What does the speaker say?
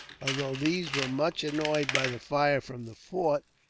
although these were much annoyed by the fire from the fort,